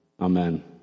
Amen